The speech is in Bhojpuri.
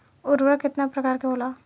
उर्वरक केतना प्रकार के होला?